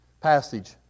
passage